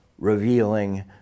revealing